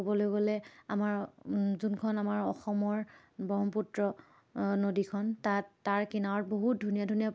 ক'বলৈ গ'লে আমাৰ যোনখন আমাৰ অসমৰ ব্ৰহ্মপুত্ৰ নদীখন তাত তাৰ কিনাৰত বহুত ধুনীয়া ধুনীয়া